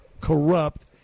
corrupt